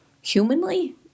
humanly